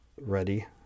ready